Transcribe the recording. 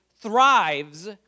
thrives